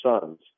sons